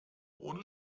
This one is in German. ohne